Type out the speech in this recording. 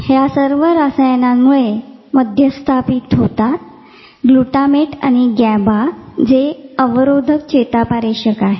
हे सर्व रसायनांमुळे मध्यस्थापित होते ग्लुटामेट आणि गॅबा जे अवरोधक चेतापारेषक आहे